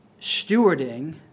stewarding